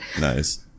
Nice